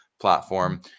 platform